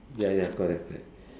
ya ya correct correct